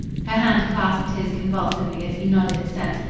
her hand clasped his convulsively, as he nodded assent.